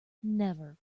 never